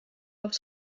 auf